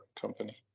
company